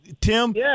Tim